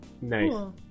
nice